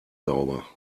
sauber